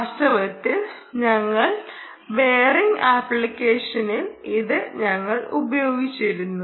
വാസ്തവത്തിൽ ഞങ്ങളുടെ ബെയറിംഗ് ആപ്ലിക്കേഷനിൽ ഇത് ഞങ്ങൾ ഉപയോഗിച്ചിരുന്നു